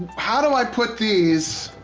how do i put these,